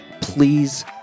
Please